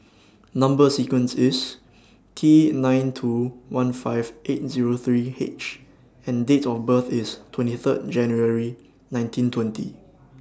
Number sequence IS T nine two one five eight Zero three H and Date of birth IS twenty Third January nineteen twenty